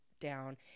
down